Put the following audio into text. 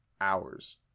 hours